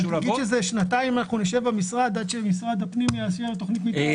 אבל תגיד ששנתיים אנחנו נשב במשרד עד שמשרד הפנים יאשר תוכנית מתאר.